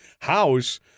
House